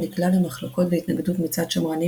הוא נקלע למחלוקות והתנגדות מצד שמרנים